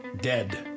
Dead